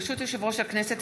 ברשות יושב-ראש הכנסת,